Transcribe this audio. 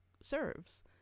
serves